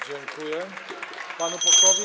Dziękuję panu posłowi.